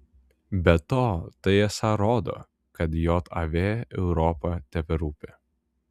be to tai esą rodo kad jav europa teberūpi